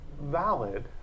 valid